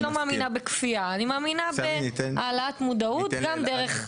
אני לא מאמינה בכפייה אלא מאמינה בהעלאת מודעות גם דרך הכיס.